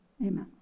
Amen